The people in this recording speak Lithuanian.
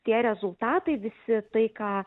tie rezultatai visi tai ką